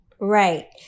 Right